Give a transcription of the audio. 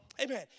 Amen